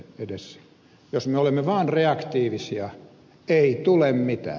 jos me olemme vaan reaktiivisia ei tule mitään